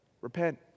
repent